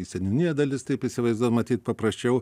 į seniūniją dalis taip įsivaizduoju matyt paprasčiau